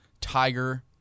Tiger